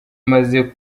umaze